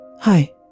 Hi